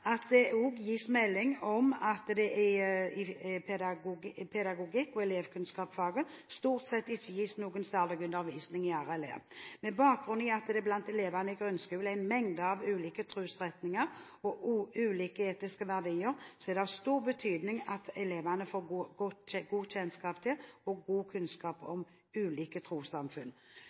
at det også gis melding om at det i faget pedagogikk og elevkunnskap stort sett ikke gis noen særlig undervisning i RLE. Med bakgrunn i at det blant elevene i grunnskolen er en mengde ulike trosretninger og ulike etiske verdier, er det av stor betydning at elevene får god kjennskap til og god kunnskap om ulike trossamfunn.